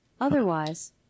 Otherwise